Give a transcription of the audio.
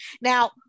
Now